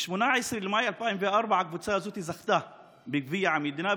ב-18 במאי 2004 הקבוצה הזאת זכתה בגביע המדינה,